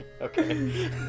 Okay